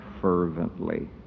fervently